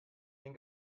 den